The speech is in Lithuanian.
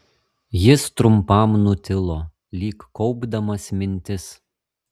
jis trumpam nutilo lyg kaupdamas mintis